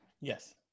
Yes